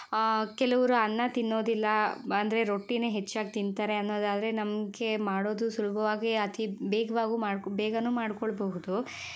ಕೆಲವರು ಅನ್ನ ತಿನ್ನೋದಿಲ್ಲ ಅಂದರೆ ರೊಟ್ಟಿನೇ ಹೆಚ್ಚಾಗಿ ತಿಂತಾರೆ ಅನ್ನೋದಾದ್ರೆ ನಮಗೆ ಮಾಡೋದು ಸುಲಭವಾಗೇ ಅತಿ ವೇಗವಾಗೂ ಮಾಡಿ ಬೇಗಾನು ಮಾಡ್ಕೊಳ್ಳಬಹುದು